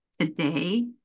today